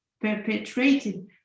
perpetrated